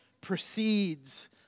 precedes